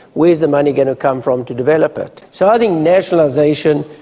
where's the money going to come from to develop it? so i think nationalisation,